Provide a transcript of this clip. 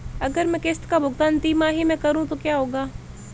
अगर मैं किश्त का भुगतान तिमाही में करूं तो क्या होगा?